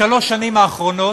בשלוש השנים האחרונות